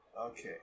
Okay